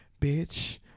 bitch